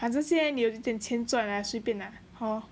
反正现在你有一点钱赚 right 随便 lah hor